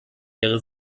wäre